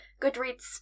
goodreads